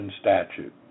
statute